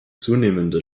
zunehmende